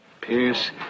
Pierce